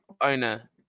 owner